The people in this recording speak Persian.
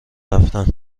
رفتن